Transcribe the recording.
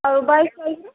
ଆଉ ବାଇଶ ସାଇଜ୍ ରେ